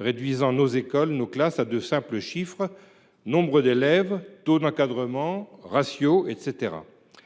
réduisant nos écoles, nos classes à de simples statistiques : nombre d’élèves, taux d’encadrement, ratios, etc.